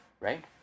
right